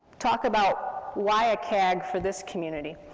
talk about why a cag for this community.